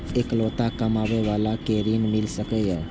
इकलोता कमाबे बाला के ऋण मिल सके ये?